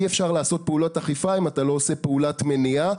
אי-אפשר לעשות פעולות אכיפה אם אתה לא עושה פעולת מניעה.